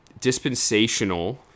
dispensational